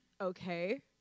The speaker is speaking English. Okay